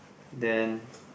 then